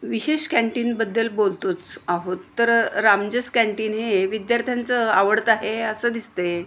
विशेष कँटीनबद्दल बोलतोच आहोत तर रामजस कँटीन हे विद्यार्थ्यांचं आवडतं आहे असं दिसतं आहे